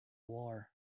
war